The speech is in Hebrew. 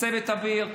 צוות האוויר,